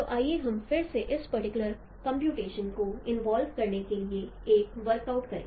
तो आइए हम फिर से इस पर्टिकुलर कंप्यूटेशन को इनवाल्व करने के लिए एक वर्कआउट करें